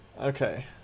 Okay